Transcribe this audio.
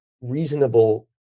reasonable